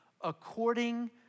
according